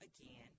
again